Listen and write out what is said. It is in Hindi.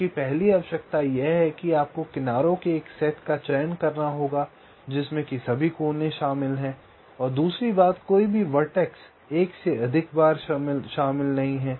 आपकी पहली आवश्यकता यह है कि आपको किनारों के एक सेट का चयन करना होगा जिसमे कि सभी कोने शामिल हैं और दूसरी बात कोई भी वर्टेक्स एक से अधिक बार शामिल नहीं है